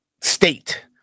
state